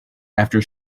after